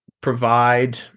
provide